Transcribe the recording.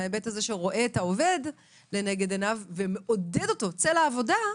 מההיבט שרואה את העובד לנגד עיניו ומעודד אותו לצאת לעבודה,